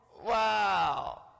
Wow